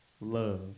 love